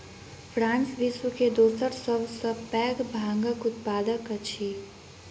France विश्व के दोसर सभ सॅ पैघ भांगक उत्पादक अछि